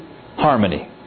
harmony